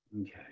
okay